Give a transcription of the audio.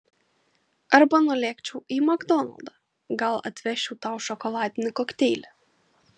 arba nulėkčiau į makdonaldą gal atvežčiau tau šokoladinį kokteilį